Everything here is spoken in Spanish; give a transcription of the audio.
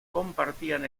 compartían